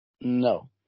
No